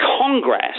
Congress